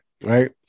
right